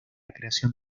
creación